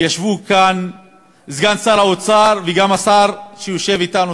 וישבו כאן סגן שר האוצר וגם השר שיושב אתנו.